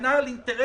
בהגנה על אינטרסים